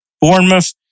Bournemouth